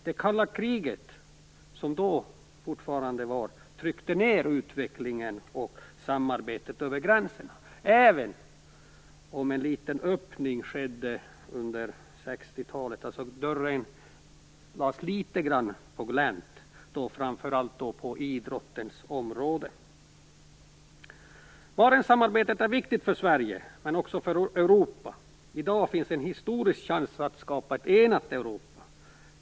Det kalla kriget som då fortfarande gällde förhindrade utvecklingen mot samarbete över gränserna, även om det skedde en liten öppning under 60-talet, framför allt på idrottens område. Barentssamarbetet är viktigt för Sverige, men också för hela Europa. I dag finns det en historisk chans att skapa ett enat Europa.